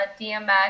DMX